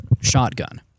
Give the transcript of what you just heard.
shotgun